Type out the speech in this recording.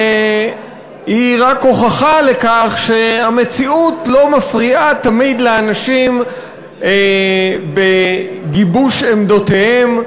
והיא רק הוכחה לכך שהמציאות לא מפריעה תמיד לאנשים בגיבוש עמדותיהם.